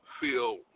feel